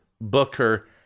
Booker